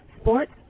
Sports